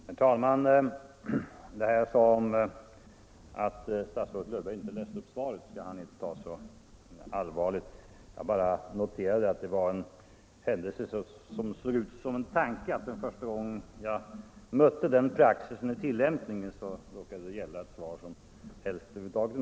Nr 77 Herr talman! Det jag sade Oma statsrådet Löfberg inte läste upp Måndagen den svaret skall han inte ta så allvarligt — jag bara noterade att det var en 12 maj 1975 händelse som såg ut som en tanke, att första gången jag var med om att denna praxis tillämpades råkade det gälla ett svar som var så svagt.